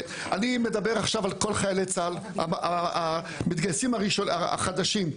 אני מדבר עכשיו על חיילי צה"ל, המתגייסים החדשים.